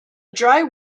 dry